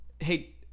hey